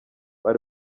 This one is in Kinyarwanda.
ari